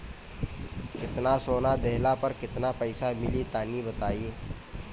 केतना सोना देहला पर केतना पईसा मिली तनि बताई?